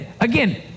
again